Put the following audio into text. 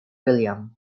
william